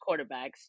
quarterbacks